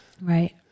right